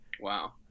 Wow